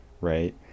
right